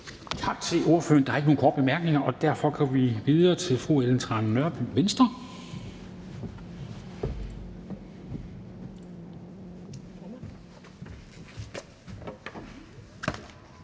Tak til ordføreren. Der er ikke nogen korte bemærkninger, og derfor går vi videre til fru Ellen Trane Nørby, Venstre.